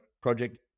project